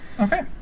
Okay